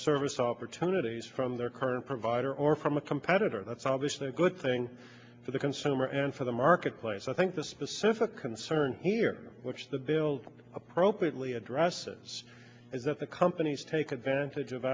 service opportunities from their current provider or from a competitor that's obviously a good thing for the consumer and for the marketplace i think the specific concern here which the bill appropriately addresses is that the companies take advantage of